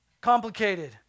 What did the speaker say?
Complicated